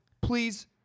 Please